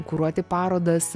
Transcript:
kuruoti parodas